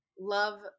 love